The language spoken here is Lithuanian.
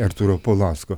artūro paulausko